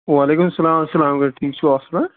وعلیکم السلام السلام علیکُم چھُو اَصٕل پٲٹھۍ